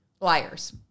Liars